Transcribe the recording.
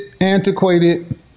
antiquated